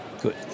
Good